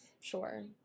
Sure